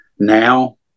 now